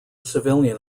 civilian